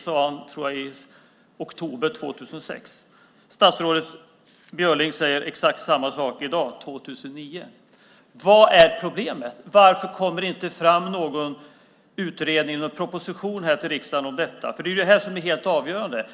Jag tror att det var i oktober 2006 som han sade det. Statsrådet Björling säger exakt samma sak i dag 2009. Vad är problemet? Varför kommer det inte fram någon utredning eller någon proposition till riksdagen om detta? Det är ju helt avgörande.